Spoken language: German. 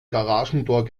garagentor